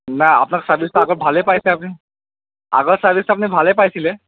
নাই আপোনাৰ চাৰ্ভিচটো আগতে ভালে পাইছে আপুনি আগৰ চাৰ্ভিচটো আপুনি ভালে পাইছিলে